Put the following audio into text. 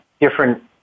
different